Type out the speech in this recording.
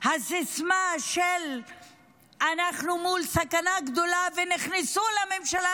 הסיסמה שאנחנו מול סכנה גדולה ונכנסו לממשלה,